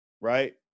right